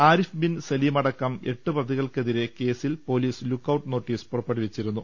ആരിഫ്ബിൻ സലീമടക്കം എട്ട് പ്രതികൾക്കെതിരെ കേസ്വിൽ പൊലിസ് ലുക്കൌട്ട് നോട്ടീസ് പുറപ്പെടുവിച്ചിരുന്നു